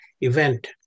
event